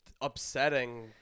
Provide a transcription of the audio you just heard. Upsetting